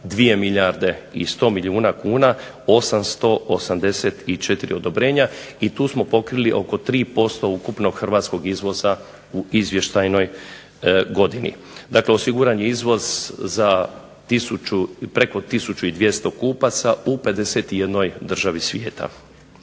2 milijarde i 100 milijuna kuna 884 odobrenja. I tu smo pokrili oko 3% ukupnog hrvatskog izvoza u izvještajnoj godini. Dakle, osiguran je izvoz za preko tisuću 200 kupaca u 51 državi svijeta.